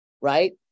right